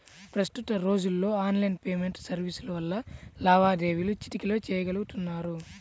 ప్రస్తుత రోజుల్లో online payment సర్వీసుల వల్ల లావాదేవీలు చిటికెలో చెయ్యగలుతున్నారు